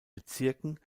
bezirken